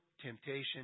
temptation